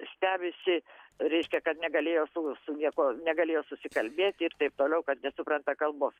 stebisi reiškia kad negalėjo su su niekuo negalėjo susikalbėti ir taip toliau kad nesupranta kalbos